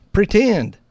Pretend